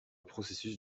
processus